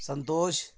ಸಂತೋಷ